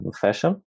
fashion